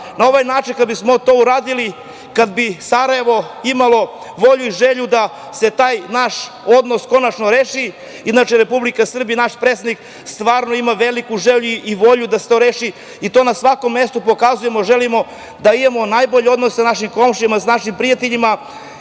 Na ovaj način, kada bismo to uradili, kada bi Sarajevo imalo volju i želju da se taj naš odnos konačno reši… Inače, Republika Srbija i naš predsednik stvarno ima veliku želju i volju da se to reši i to na svakom mestu pokazujemo. Želimo da imamo najbolje odnose sa našim komšijama, sa našim prijateljima